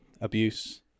abuse